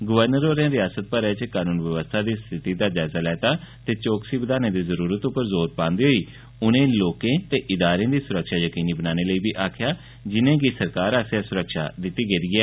governor होरें रिआसत भरै च कानून बवस्था दी स्थिति दा जायजा लैता ते चौकसी बघाने दी जरूरतै पर जोर पांदे होई उनें लोकें ते इदारें दी सुरक्षा यकीनी बनाने लेई बी आखेआ जिनें'गी सुरक्षा मुहैया करोआई गेदी ऐ